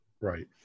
right